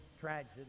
tragedy